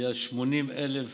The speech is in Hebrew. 80,000